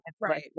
right